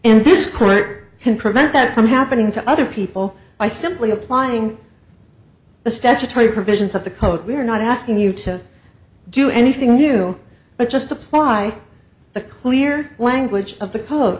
and this court can prevent that from happening to other people by simply applying the statutory provisions of the covered we're not asking you to do anything new but just apply the clear language of the c